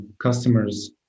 customer's